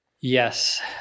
Yes